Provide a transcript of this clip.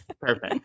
perfect